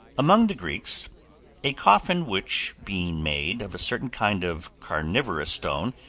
among the greeks a coffin which being made of a certain kind of carnivorous stone,